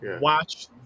Watch